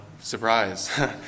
Surprise